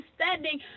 understanding